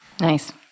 Nice